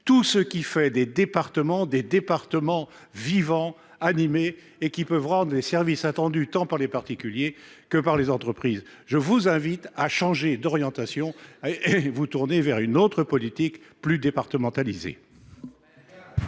tout ce qui fait des départements des territoires vivants, animés et qui peuvent rendre des services attendus tant par les particuliers que par les entreprises. Je vous invite à changer d'orientation et à vous tourner vers une autre politique, plus départementalisée.